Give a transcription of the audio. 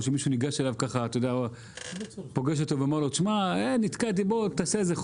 או בגלל שמישהו ניגש אליו ואמר לו שהוא נתקל בתופעה מסוימת,